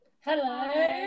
Hello